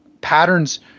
patterns